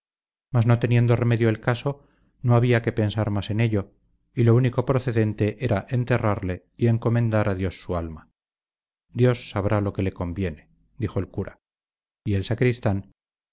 no teniendo remedio el caso no había que pensar más en ello y lo único procedente era enterrarle y encomendar a dios su alma dios sabrá lo que le conviene dijo el cura y el sacristán